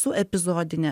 su epizodine